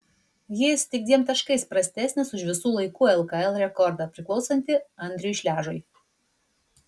jis tik dviem taškais prastesnis už visų laikų lkl rekordą priklausantį andriui šležui